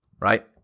right